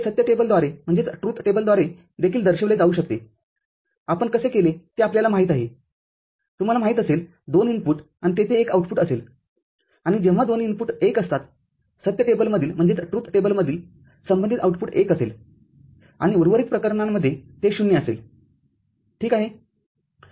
हे सत्य टेबलद्वारे देखील दर्शविले जाऊ शकतेआपण कसे केले ते आपल्याला माहित आहे तुम्हाला माहित असेल२ इनपुटआणि तेथे १ आउटपुट असेल आणि जेव्हा दोन्ही इनपुट१ असतात सत्य टेबलमधीलसंबंधित आउटपुट१असेल आणि उर्वरित प्रकरणांमध्ये ते ० असेल ठीक आहे